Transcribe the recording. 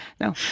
no